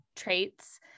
traits